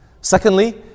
Secondly